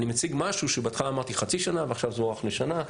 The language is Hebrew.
אני מציג משהו שבהתחלה אמרתי חצי שנה ועכשיו זה הוארך לשנה,